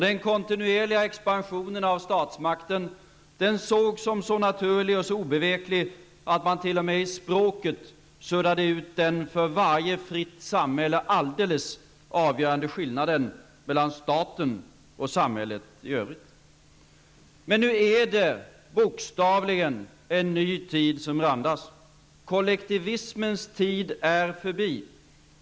Den kontinuerliga expansionen av statsmakten sågs som så naturlig och så obeveklig att man t.o.m. i språket suddade ut den för varje fritt samhälle alldeles avgörande skillnaden mellan staten och samhället i övrigt. Men nu är det bokstavligen en ny tid som randas. Kollektivismens tid är förbi.